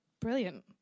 Brilliant